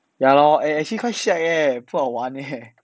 ya lor eh actually quits shag eh 不好玩 leh